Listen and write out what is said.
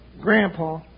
Grandpa